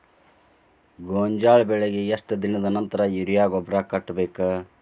ಗೋಂಜಾಳ ಬೆಳೆಗೆ ಎಷ್ಟ್ ದಿನದ ನಂತರ ಯೂರಿಯಾ ಗೊಬ್ಬರ ಕಟ್ಟಬೇಕ?